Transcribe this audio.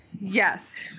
Yes